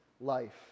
life